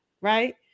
right